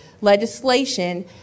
legislation